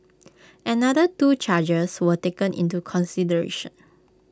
another two charges were taken into consideration